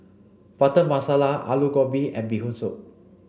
Butter Masala Aloo Gobi and Bee Hoon Soup